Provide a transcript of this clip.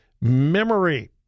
memory